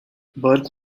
burke